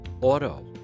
auto